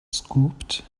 scooped